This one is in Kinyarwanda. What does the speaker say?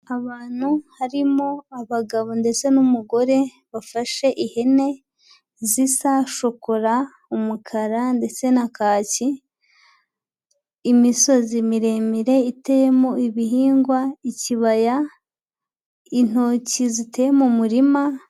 Abantu harimo abagabo ndetse n'umugore bafashe ihene zisa shokora, umukara, ndetse na kaki, imisozi miremire iteyemo ibihingwa ikibaya, intoki ziteye mu murima.